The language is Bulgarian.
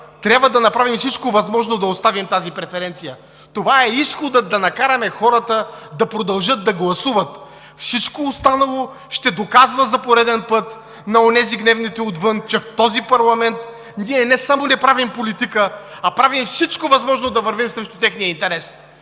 трябва да направим всичко възможно да оставим тази преференция. Това е изходът да накараме хората да продължат да гласуват. Всичко останало ще доказва за пореден път на онези гневните отвън, че в този парламент ние не само не правим политика, а правим всичко възможно да вървим срещу техния интерес!